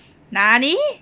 nani